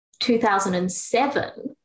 2007